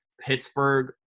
Pittsburgh